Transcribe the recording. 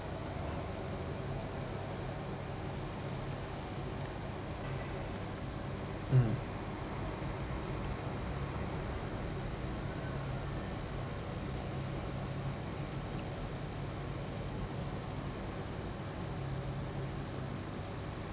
mm